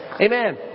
Amen